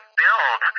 build